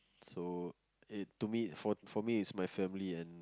so it to me for me it's my family and